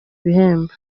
bihembo